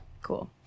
Cool